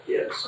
Yes